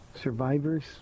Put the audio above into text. survivors